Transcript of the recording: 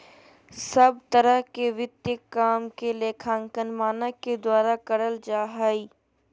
सब तरह के वित्तीय काम के लेखांकन मानक के द्वारा करल जा हय